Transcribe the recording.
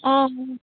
অঁ